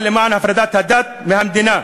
אפעל למען הפרדת הדת מהמדינה,